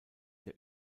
der